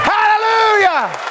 Hallelujah